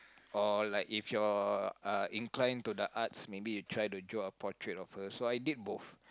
or like if your uh inclined to the arts maybe you try to draw a portrait of her so I did both